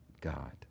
God